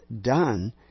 done